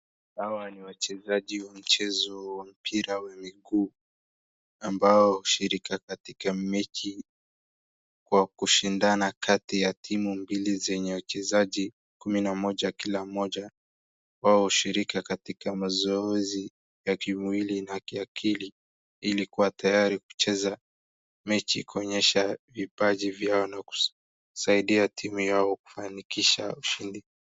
Hawa ni wachezaji wa mchezo wa mpira wa mguu ambao hushirika katika mechi wa kushindana. Kati ya timu mbili zenye wachezaji kumi na mmoja kila moja wao hushirika katika mazoezi ya kimwili na kiakili ili kua tayari kucheza mechi kuonyesha vipaji vyao na kusaidia timu yao kufanikisha ushindi.